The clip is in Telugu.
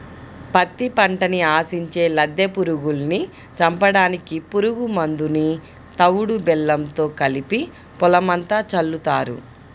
పత్తి పంటని ఆశించే లద్దె పురుగుల్ని చంపడానికి పురుగు మందుని తవుడు బెల్లంతో కలిపి పొలమంతా చల్లుతారు